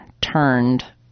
turned